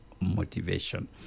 motivation